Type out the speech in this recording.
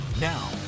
Now